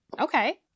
Okay